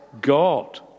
God